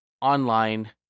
online